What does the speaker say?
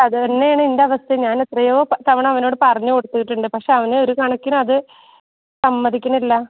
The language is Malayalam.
അത് തന്നെയാണ് എൻ്റവസ്ഥയും ഞാനെത്രയോ തവണ അവനോട് പറഞ്ഞ് കൊടുത്തിട്ടുണ്ട് പക്ഷേ അവന് ഒരു കണക്കിനത് സമ്മതിക്കുന്നില്ല